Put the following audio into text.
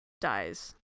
dies